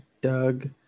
Doug